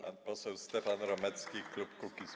Pan poseł Stefan Romecki, klub Kukiz’15.